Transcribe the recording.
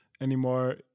anymore